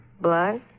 Blood